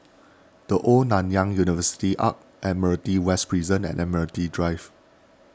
the Old Nanyang University Arch Admiralty West Prison and Admiralty Drive